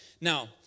Now